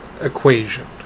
equation